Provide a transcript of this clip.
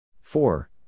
Four